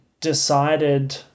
decided